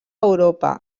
europa